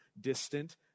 distant